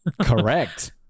Correct